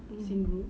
xin ru